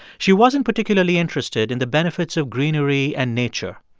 she wasn't particularly interested in the benefits of greenery and nature.